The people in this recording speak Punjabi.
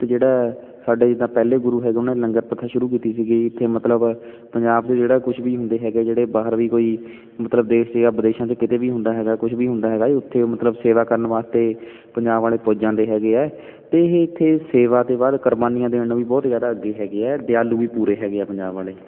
ਅਤੇ ਜਿਹੜਾ ਸਾਡੇ ਜਿੱਦਾਂ ਪਹਿਲੇ ਗੁਰੂ ਹੈਗੇ ਉਹਨਾਂ ਨੇ ਲੰਗਰ ਪ੍ਰਥਾ ਸ਼ੁਰੂ ਕੀਤੀ ਸੀਗੀ ਇੱਥੇ ਮਤਲਬ ਪੰਜਾਬ 'ਚ ਜਿਹੜਾ ਕੁਛ ਵੀ ਹੁੰਦੇ ਹੈਗੇ ਜਿਹੜੇ ਬਾਹਰ ਵੀ ਕੋਈ ਮਤਲਬ ਦੇਸ਼ 'ਚ ਜਾਂ ਵਿਦੇਸ਼ਾਂ 'ਚ ਕਿਤੇ ਵੀ ਹੁੰਦਾ ਹੈਗਾ ਕੁਛ ਵੀ ਹੁੰਦਾ ਹੈਗਾ ਹੈ ਉੱਥੇ ਮਤਲਬ ਸੇਵਾ ਕਰਨ ਵਾਸਤੇ ਪੰਜਾਬ ਵਾਲੇ ਪੁੱਜ ਜਾਂਦੇ ਹੈਗੇ ਹੈ ਅਤੇ ਇਹ ਇੱਥੇ ਸੇਵਾ ਅਤੇ ਬਾਅਦ ਕੁਰਬਾਨੀਆਂ ਦੇਣ ਨੂੰ ਵੀ ਬਹੁਤ ਜ਼ਿਆਦਾ ਅੱਗੇ ਹੈਗੇ ਹੈ ਦਿਆਲੂ ਵੀ ਪੂਰੇ ਹੈਗੇ ਹੈ ਪੰਜਾਬ ਵਾਲੇ